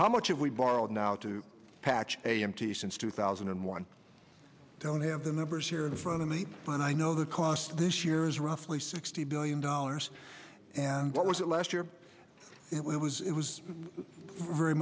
how much if we borrowed now to patch a m t since two thousand and one i don't have the numbers here in front of me and i know the cost this year is roughly sixty billion dollars and what was it last year it was it was very